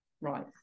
right